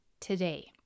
today